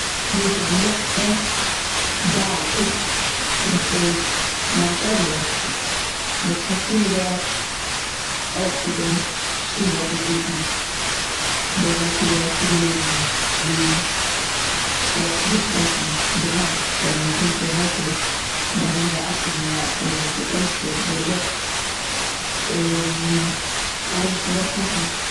קריך אויף די העכסטע בארג וואס איז מאוינט עווערעסט. וואלט איך צוגעגרייט אויך גוטע שטיוול צו קריכן. די נויטיגע צוגעהערן ווי די שטעקן, די מאסק, ווייל ווען מ'קומט אן העכער דארף מען האבן א אקסידזשן מעסק וועגן ס'טוישט זיך די ליפט. און אלעס וואס מ'דארף פאקן.